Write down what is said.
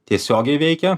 tiesiogiai veikia